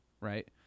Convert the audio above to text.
right